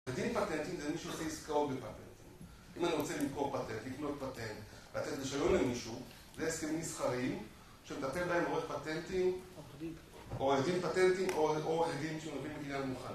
עורך דין פטנטים זה מישהו שעושה עסקאות בפטנטים, אם אני רוצה למכור פטנט, לקנות פטנט, לתת רישיון למישהו, זה הסכמים מסחריים שמטפל בהם עורך פטנטים, עורך דין פטנטים, או עורך דין שמבין בקניין רוחני